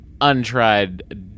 untried